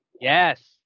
Yes